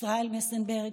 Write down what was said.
ישראל מסנברג,